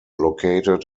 located